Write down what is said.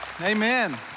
Amen